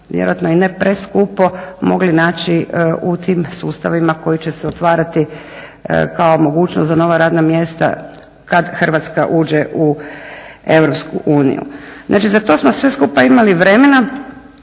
vjerojatno i ne preskupo mogli naći u tim sustavima koji će se otvarati kao mogućnost za nova radna mjesta kada Hrvatska uđe u EU. Znači za to smo sve skupa imali vremena,